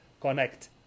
connect